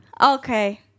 Okay